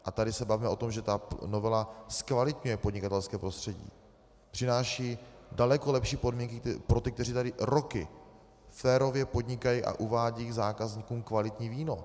A tady se bavme o tom, že ta novela zkvalitňuje podnikatelské prostředí, přináší daleko lepší podmínky pro ty, kteří tady roky férově podnikají a uvádějí k zákazníkům kvalitní víno.